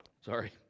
Sorry